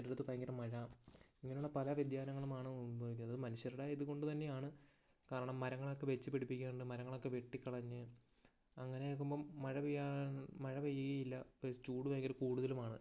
ചിലയിടത്ത് ഭയങ്കര മഴ ഇങ്ങനെയുള്ള പല വ്യതിയാനങ്ങലും ആണ് അനുഭവിക്കുന്നത് മനുഷ്യരുടെ ഇതുകൊണ്ട് തന്നെയാണ് കാരണം മരങ്ങളൊക്കെ വച്ചുപിടിപ്പിക്കാണ്ട് മരങ്ങളൊക്കെ വെട്ടി കളഞ്ഞ് അങ്ങനെയൊക്കെയാകുമ്പോൾ മഴ പെയ്യാണ്ട് മഴ പെയ്യുകയുമില്ല ചൂട് ഭയങ്കര കൂടുതലുമാണ്